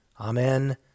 Amen